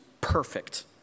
perfect